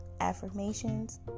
affirmations